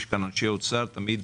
תמיד